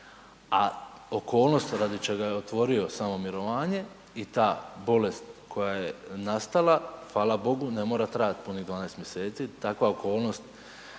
A okolnosti radi čega je otvorio samo mirovanje i taj bolest koja je nastala, hvala bogu, ne mora trajat punih 12 mj., takva okolnost